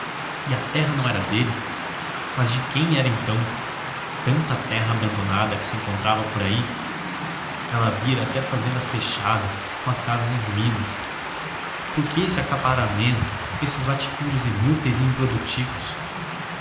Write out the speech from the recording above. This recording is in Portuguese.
e a terra não era dele mas de quem era então tanta terra abandonada que se encontrava por aí ela vira até fazendas fechadas com as casas em ruínas por que esse acaparamento esses latifúndios inúteis e improdutivos